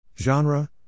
Genre